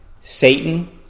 Satan